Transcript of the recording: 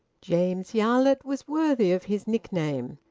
james yarlett was worthy of his nickname.